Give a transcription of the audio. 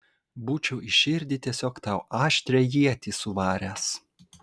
būčiau į širdį tiesiog tau aštrią ietį suvaręs